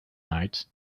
night